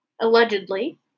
allegedly